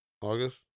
August